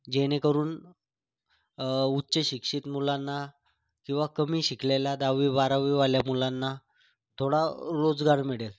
जेणेकरून उच्चशिक्षित मुलांना किंवा कमी शिकलेल्या दहावी बारावीवाल्या मुलांना थोडा रोजगार मिळेल